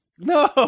No